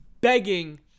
begging